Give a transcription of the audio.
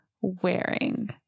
wearing